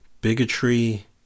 bigotry